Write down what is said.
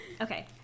Okay